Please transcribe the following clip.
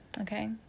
Okay